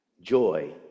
joy